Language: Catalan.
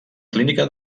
clínica